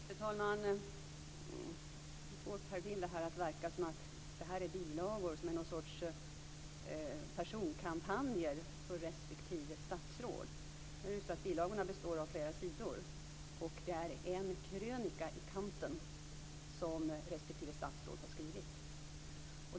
Fru talman! Per Bill får det att verka som om det här är bilagor som utgör någon sorts personkampanjer för respektive statsråd. Nu är det så att bilagorna består av flera sidor, och det är en krönika i kanten som respektive statsråd har skrivit.